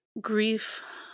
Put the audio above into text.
grief